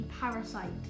parasite